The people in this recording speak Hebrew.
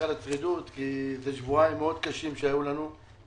על הצרידות אבל אלה שבועיים מאוד קשים שהיו לנו.